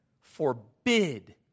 forbid